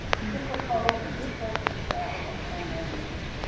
supracolor is a perfect travel or plein air medium,